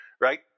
Right